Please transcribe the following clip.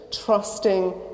trusting